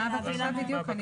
מה אתם מבקשים בדיוק?